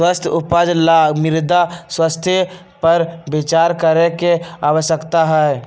स्वस्थ उपज ला मृदा स्वास्थ्य पर विचार करे के आवश्यकता हई